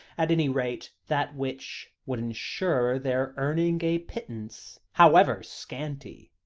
at any rate that which would ensure their earning a pittance, however scanty.